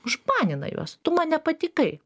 užbanina juos tu man nepatikai